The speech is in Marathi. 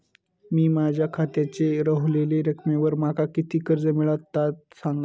मी माझ्या खात्याच्या ऱ्हवलेल्या रकमेवर माका किती कर्ज मिळात ता सांगा?